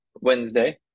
Wednesday